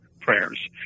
prayers